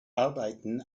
arbeiten